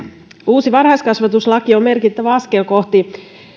uusi varhaiskasvatuslaki on merkittävä askel kohti